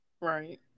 Right